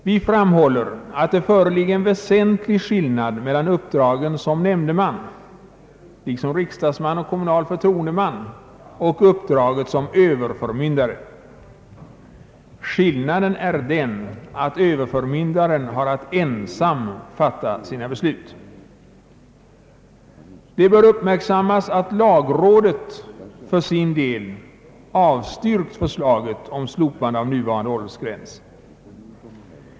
Vi framhåller att det föreligger en väsentlig skillnad mellan uppdragen som nämndeman liksom riksdagsman och kommunal förtroendeman och uppdraget som överförmyndare. Skillnaden är den att överförmyndaren har att ensam fatta sina beslut. Det bör uppmärksammas att lagrådet för sin del avstyrkt förslaget om slopande av nuvarande åldersgräns.